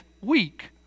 week